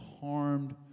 harmed